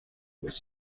with